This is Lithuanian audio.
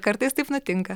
kartais taip nutinka